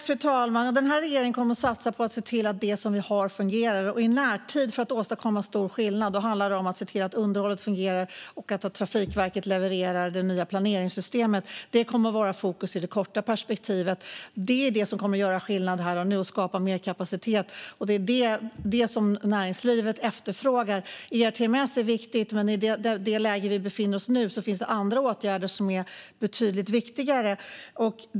Fru talman! Regeringen kommer att satsa på att se till att det vi har fungerar, och vill man åstadkomma stor skillnad i närtid handlar det om att se till att underhållet fungerar och att Trafikverket levererar det nya planeringssystemet. Det kommer att vara fokus i det korta perspektivet. Det är det som kommer att göra skillnad här och nu och skapa mer kapacitet, och det är det näringslivet efterfrågar. ERTMS är viktigt, men i det läge vi befinner oss i nu finns det andra åtgärder som är betydligt viktigare.